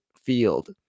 field